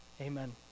Amen